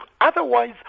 Otherwise